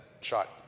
shot